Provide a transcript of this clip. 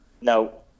No